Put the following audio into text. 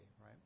right